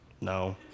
No